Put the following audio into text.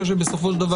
בסופו של דבר,